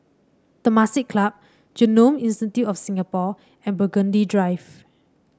Temasek Club Genome Institute of Singapore and Burgundy Drive